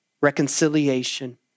reconciliation